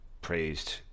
praised